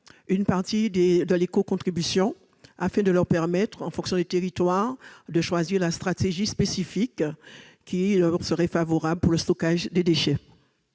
une partie de l'éco-contribution afin de leur permettre, en fonction des territoires, de choisir une stratégie spécifique favorable pour le stockage des déchets.